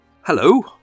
hello